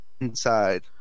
inside